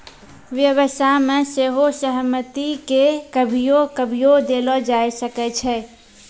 व्यवसाय मे सेहो सहमति के कभियो कभियो देलो जाय सकै छै